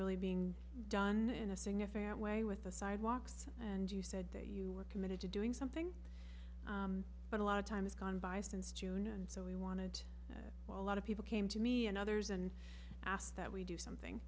really being done in a significant way with the sidewalks and you said that you were committed to doing something but a lot of time has gone by since june and so we wanted a lot of people came to me and others and asked that we do something